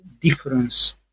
difference